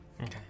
Okay